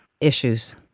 issues